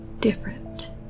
different